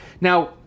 Now